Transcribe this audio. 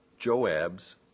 Joab's